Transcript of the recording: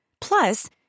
Plus